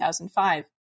2005